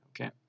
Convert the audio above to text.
okay